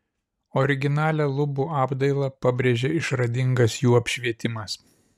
originalią lubų apdailą pabrėžia išradingas jų apšvietimas